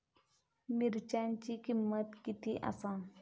मिरच्यांची किंमत किती आसा?